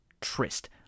Trist